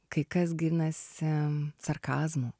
kai kas ginasi sarkazmu